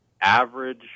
average